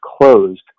closed